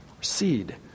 seed